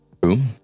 boom